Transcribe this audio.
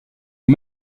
est